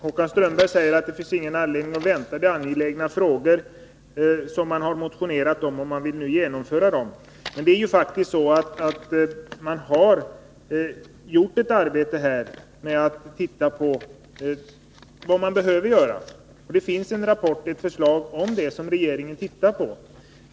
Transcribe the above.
Herr talman! Håkan Strömberg säger att det inte finns någon anledning att vänta, eftersom det är angelägna frågor man motionerat om och man nu vill genomföra förslagen. Den arbetsgrupp jag tidigare nämnde har faktiskt tittat på vad som behöver göras, och det finns alltså en rapport om det med förslag som regeringen nu ser på.